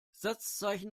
satzzeichen